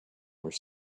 were